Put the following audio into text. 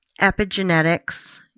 epigenetics